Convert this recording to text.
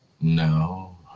No